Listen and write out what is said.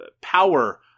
power